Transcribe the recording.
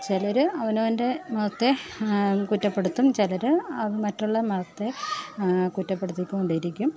ചിലർ അവനവൻ്റെ മതത്തെ കുറ്റപ്പെടുത്തും ചിലർ അത് മറ്റുള്ള മതത്തെ കുറ്റപ്പെടുത്തി കൊണ്ടിരിക്കും